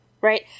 right